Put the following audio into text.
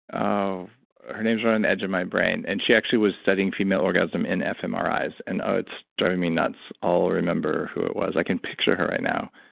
her name's on the edge of my brain. and she actually was studying female orgasm in fmris and. oh, it's driving me nuts. i'll remember who it was. i can picture her right now.